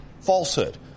falsehood